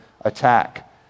attack